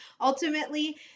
ultimately